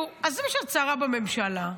עזבי שאת שרה ממשלה,